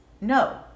no